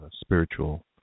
spiritual